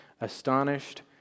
astonished